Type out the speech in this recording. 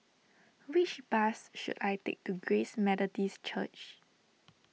which bus should I take to Grace Methodist Church